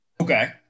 Okay